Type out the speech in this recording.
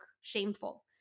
shameful